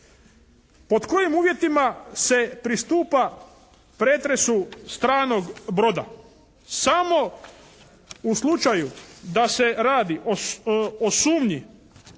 Pod kojim uvjetima se pristupa pretresu stranog broda? Samo u slučaju da se radi o sumnji